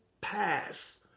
pass